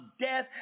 death